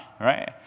right